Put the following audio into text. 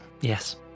Yes